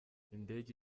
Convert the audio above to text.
indege